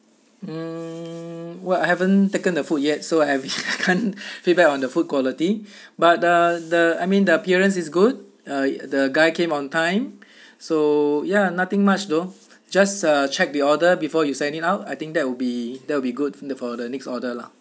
mm well I haven't taken the food yet so I have can't feedback on the food quality but the the I mean the appearance is good uh the guy came on time so ya nothing much though just a check the order before you send it out I think that would be that will be good for the for the next order lah